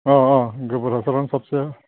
अह अह गोबोर हासारानो सबसे